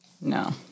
No